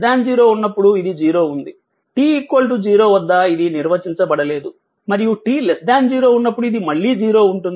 t 0 ఉన్నప్పుడు ఇది 0 ఉంది t 0 వద్ద ఇది నిర్వచించబడలేదు మరియు t 0 ఉన్నప్పుడు ఇది మళ్ళీ 0 ఉంటుంది